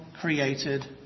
created